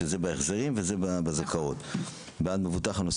שזה בהחזרים וזה בזכאות בעד מבוטח שנוסע